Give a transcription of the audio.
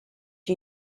you